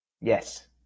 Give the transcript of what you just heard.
yes